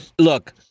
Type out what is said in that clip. look